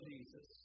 Jesus